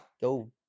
go